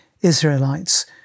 Israelites